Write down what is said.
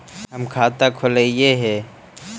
हम खाता खोलैलिये हे?